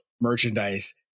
merchandise